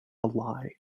lie